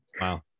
Wow